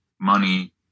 money